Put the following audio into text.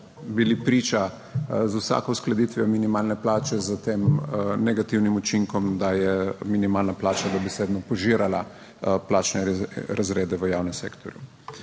bili priča z vsako uskladitvijo minimalne plače s tem negativnim učinkom, da je minimalna plača dobesedno požirala plačne razrede v javnem sektorju.